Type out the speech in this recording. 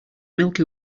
milky